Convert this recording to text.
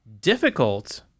difficult